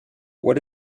what